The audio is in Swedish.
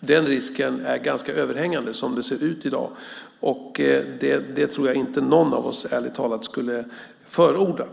Den risken är ganska överhängande som det ser ut i dag. Det tror jag inte någon av oss, ärligt talat, skulle förorda.